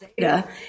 data